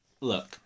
look